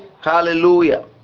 Hallelujah